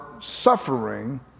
suffering